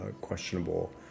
questionable